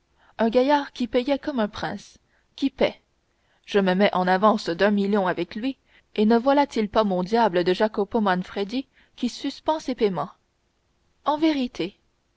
un gaillard qui payait comme un prince qui paie je me mets en avance d'un million avec lui et ne voilà-t-il pas mon diable de jacopo manfredi qui suspend ses paiements en vérité